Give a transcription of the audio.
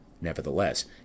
Nevertheless